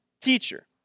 Teacher